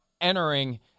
entering